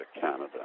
Canada